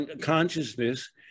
consciousness